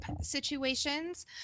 situations